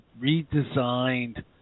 redesigned